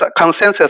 Consensus